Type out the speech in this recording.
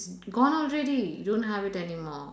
gone already don't have it anymore